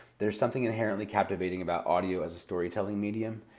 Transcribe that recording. there's something inherently captivating about audio as a storytelling medium,